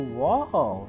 wow